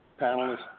panelists